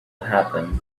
happen